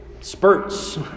spurts